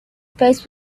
face